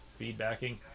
feedbacking